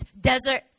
desert